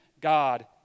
God